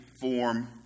form